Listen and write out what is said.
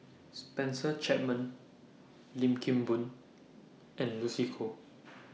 Spencer Chapman Lim Kim Boon and Lucy Koh